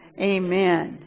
amen